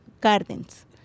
gardens